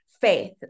faith